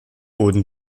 wurden